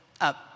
up